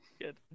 Good